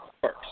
first